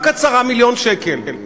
רק 10 מיליון שקל.